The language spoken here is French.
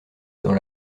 dans